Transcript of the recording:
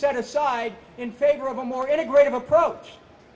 set aside in favor of a more integrated approach